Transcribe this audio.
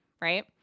right